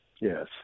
yes